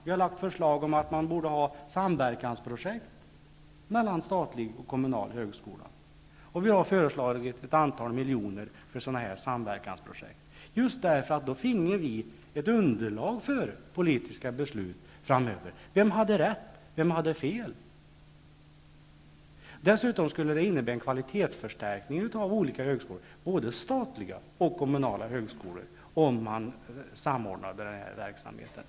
Vi har lagt fram förslag om samverkansprojekt mellan statlig och kommunal högskola, och vi har föreslagit att ett antal miljoner satsas på sådana samverkansprojekt. På så sätt finge vi ett underlag för politiska beslut framöver. Vem hade rätt, och vem hade fel? Dessutom skulle det innebära en kvalitetsförstärkning av olika högskolor, både statliga och kommunala, om man samordnade verksamheten.